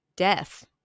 death